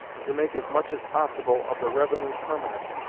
and to make as much as possible of the revenue permanent,